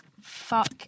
fuck